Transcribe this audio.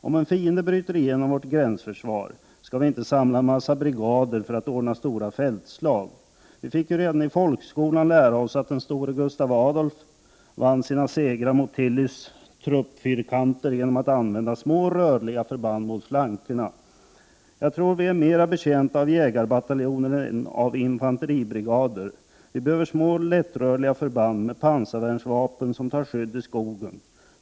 Om en fiende bryter igenom vårt gränsförsvar, skall vi inte samla en massa brigader för att ordna stora fältslag. Vi fick ju redan i folkskolan lära oss att den store Gustav Adolf vann sina segrar mot Tillys stora truppfyrkanter genom att använda små rörliga förband mot flankerna. Jag tror att vi är mera betjänta av jägarbataljoner än av infanteribrigader. Vi behöver små lättrörliga förband med pansarvärnsvapen som tar skydd i skogen.